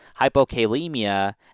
hypokalemia